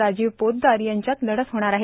राजीव पोतदार यांच्यात लढत होणार आहे